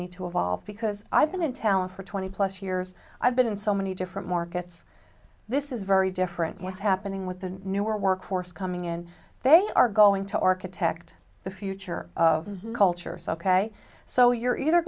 need to evolve because i've been in tallinn for twenty plus years i've been in so many different markets this is very different what's happening with the new workforce coming in they are going to architect the future of culture so ok so you're either